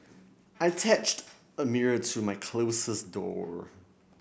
I attached a mirror to my closet door